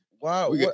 Wow